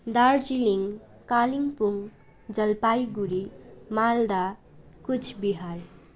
Darjeeling Kalimpong Jalpaiguri Malda Cooch Behar